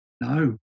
no